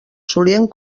solien